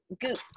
goop